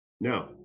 no